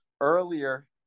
earlier